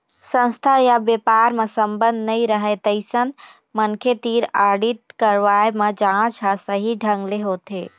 संस्था य बेपार म संबंध नइ रहय तइसन मनखे तीर आडिट करवाए म जांच ह सही ढंग ले होथे